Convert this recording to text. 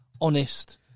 honest